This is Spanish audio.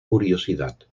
curiosidad